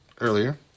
earlier